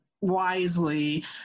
wisely